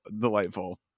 delightful